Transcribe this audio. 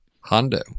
Hondo